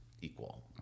equal